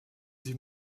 sie